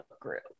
group